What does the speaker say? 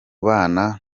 bana